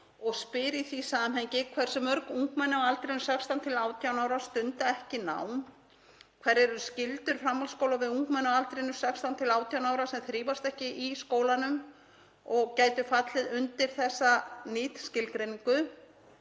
og spyr í því samhengi: Hversu mörg ungmenni á aldrinum 16–18 ára stunda ekki nám? Hverjar eru skyldur framhaldsskóla við ungmenni á aldrinum 16–18 ára sem þrífast ekki í skólanum og gætu fallið undir þessa NEET-skilgreiningu?